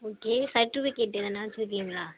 okay certificate எதனால் வெச்சுருக்கீங்களா